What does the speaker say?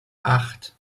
acht